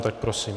Tak prosím.